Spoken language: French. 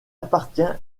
appartient